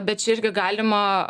bet čia irgi galima